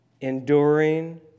enduring